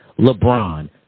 LeBron